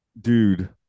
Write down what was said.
Dude